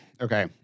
Okay